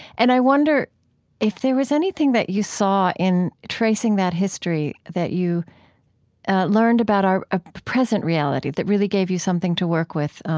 and i wonder if there is anything that you saw in tracing that history that you learned about our ah present reality that really gave you something to work with,